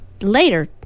later